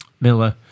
Miller